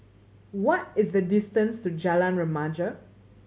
what is the distance to Jalan Remaja